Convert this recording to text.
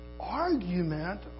argument